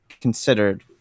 considered